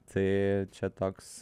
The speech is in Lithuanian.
tai čia toks